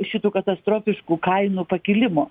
šitų katastrofiškų kainų pakilimo